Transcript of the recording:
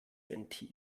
ventil